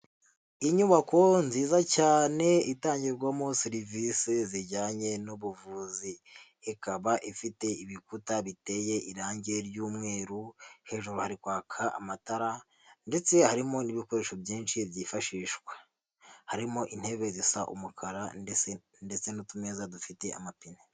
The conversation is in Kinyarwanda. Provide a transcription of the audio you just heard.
Inyubako nziza cyane itangirwamo serivisi zijyanye n'ubuvuzi, ikaba ifite ibikuta biteye irangi ry'umweru hejuru hari kwaka amatara ndetse harimo n'ibikoresho byinshi byifashishwa, harimo intebe zisa umukara ndetse n'utumeza dufite amapine.